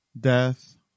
death